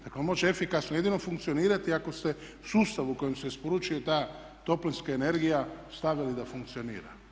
Dakle, on može efikasno jedino funkcionirati jedino ako se sustav u kojem se isporučuje ta toplinska energija stavili da funkcionira.